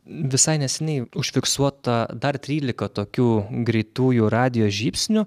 visai neseniai užfiksuota dar trylika tokių greitųjų radijo žybsnių